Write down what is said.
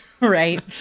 right